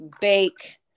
Bake